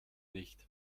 nicht